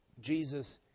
Jesus